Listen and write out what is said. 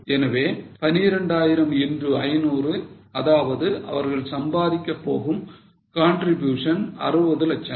எனவே 12000 into 500 அதாவது அவர்கள் சம்பாதிக்க போகும் contribution 60 லட்சங்கள்